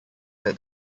that